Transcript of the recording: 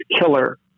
killer